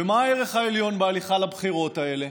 ומה הערך העליון בהליכה לבחירות האלה?